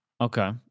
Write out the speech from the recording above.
Okay